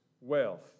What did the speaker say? wealth